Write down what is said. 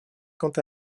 quant